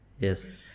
Yes